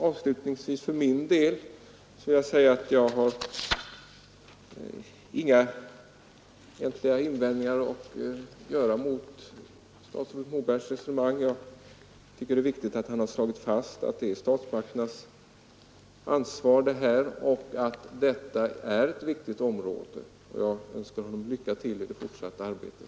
Avslutningsvis vill jag säga att jag egentligen inte har några invändningar att göra mot statsrådet Mobergs resonemang. Jag tycker att det är viktigt att han slagit fast att detta är statsmakternas ansvar och att det här är ett viktigt område. Jag önskar honom lycka till i det forsatta arbetet.